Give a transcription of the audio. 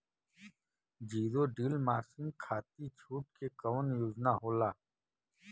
Zero डील मासिन खाती छूट के कवन योजना होला?